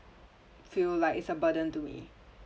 feel like it's a burden to me